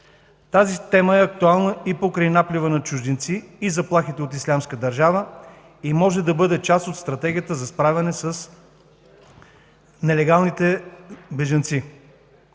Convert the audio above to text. Тази тема е актуална и покрай наплива от чужденци, и заплахите от „Ислямска държава” и може да бъде част от стратегията за справяне с нелегалните бежанци.